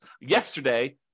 yesterday